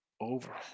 over